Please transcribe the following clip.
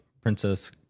Princess